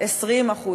20%,